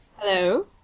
Hello